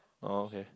orh okay